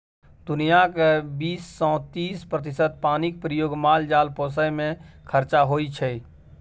दुनियाँक बीस सँ तीस प्रतिशत पानिक प्रयोग माल जाल पोसय मे खरचा होइ छै